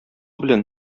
белән